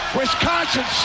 Wisconsin